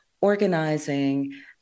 organizing